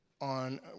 on